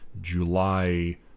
July